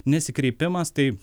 nesikreipimas tai